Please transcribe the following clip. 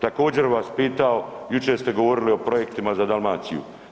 Također, bih vas pitao, jučer ste govorili o projektima za Dalmaciju.